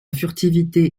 furtivité